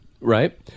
right